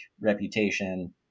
reputation